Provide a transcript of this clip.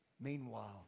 Meanwhile